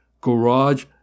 garage